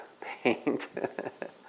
paint